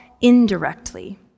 indirectly